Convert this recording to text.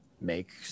make